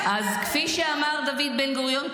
חבר'ה --- אז כפי שאמר דוד בן-גוריון,